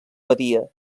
badia